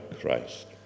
Christ